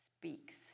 speaks